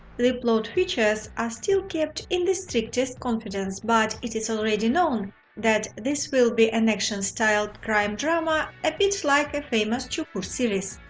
the plot features are still kept in the strictest confidence, but it is already known that this will be an action-style crime drama, a bit like the ah famous cukur series.